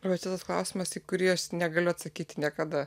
protingas klausimas į kurį aš negaliu atsakyti niekada